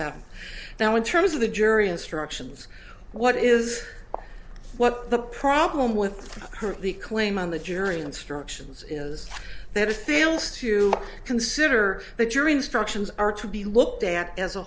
that now in terms of the jury instructions what is what the problem with her the claim on the jury instructions is that a female's to consider the jury instructions are to be looked at as a